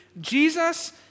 Jesus